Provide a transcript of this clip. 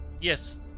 Yes